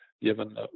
given